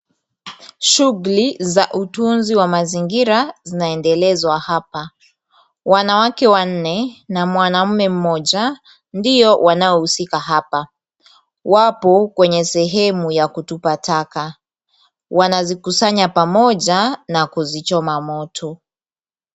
Shughuli za utunzi wa mazingira, zinaendelezwa hapa. Wanawake wanne na mwanaume mmoja ndio wanaohusika hapa. Wapo katika sehemu ya kutupa taka. Wanazikusanya pamoja na kuzichoma moto.